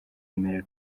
emera